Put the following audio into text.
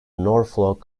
norfolk